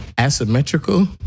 Asymmetrical